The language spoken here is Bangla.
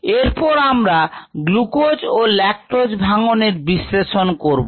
এরপর আমরা গ্লুকোজ ও ল্যাকটোজ ভাঙ্গনের বিশ্লেষণ করবো